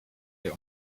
der